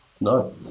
No